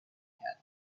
کرد